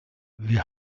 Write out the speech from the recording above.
wir